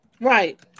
Right